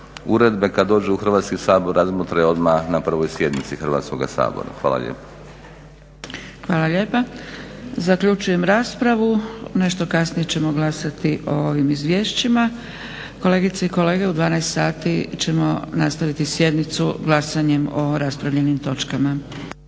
uredbe kad dođu u Hrvatski sabor razmotre odmah na prvoj sjednici Hrvatskoga sabora. Hvala lijepo. **Zgrebec, Dragica (SDP)** Hvala lijepa. Zaključujem raspravu. Nešto kasnije ćemo glasati o ovim izvješćima. Kolegice i kolege u 12,00 sati ćemo nastaviti sjednicu glasanjem o raspravljenim točkama.